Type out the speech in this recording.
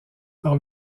par